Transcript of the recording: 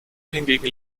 hingegen